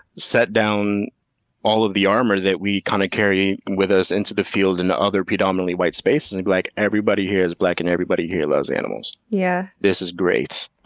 set down all of the armor that we kind of carry with us into the field and the other predominately white spaces and be like, everybody here is black and everybody here loves animals. yeah this is great.